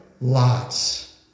lots